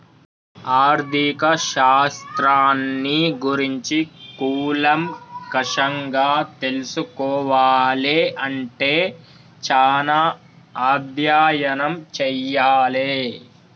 ఆర్ధిక శాస్త్రాన్ని గురించి కూలంకషంగా తెల్సుకోవాలే అంటే చానా అధ్యయనం చెయ్యాలే